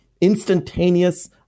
instantaneous